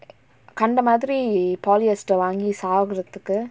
கண்ட மாதிரி:kanda maathiri polyester வாங்கி சாகுரதுக்கு:vaangi saagurathukku